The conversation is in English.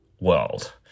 world